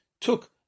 took